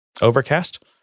Overcast